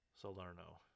Salerno